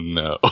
no